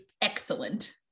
excellent